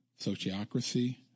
sociocracy